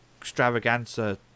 extravaganza